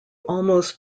almost